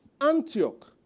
Antioch